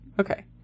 okay